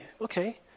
okay